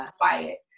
quiet